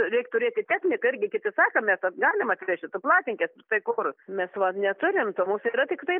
reik turėt ir techniką irgi kaip ir sakom mes kad galim atvežti paplatinkit tai kur mes va neturim to mūsų yra tiktai